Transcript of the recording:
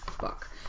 book